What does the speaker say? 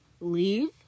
leave